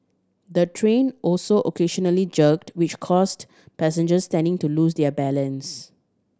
the train also occasionally jerked which caused passengers standing to lose their balance